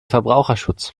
verbraucherschutz